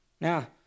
Now